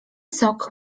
sok